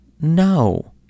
No